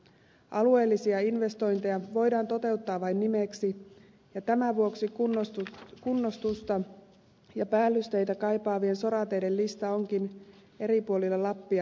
alueellisia investointeja voidaan toteuttaa vain nimeksi ja tämän vuoksi kunnostusta ja päällysteitä kaipaavien sorateiden lista onkin eri puolilla lappia mittava